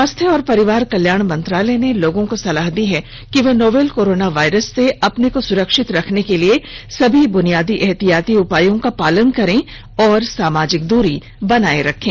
स्वास्थ्य और परिवार कल्याण मंत्रालय ने लोगों को सलाह दी है कि वे नोवल कोरोना वायरस से अपने को सुरक्षित रखने के लिए सभी बुनियादी एहतियाती उपायों का पालन करें और सामाजिक दूरी बनाए रखें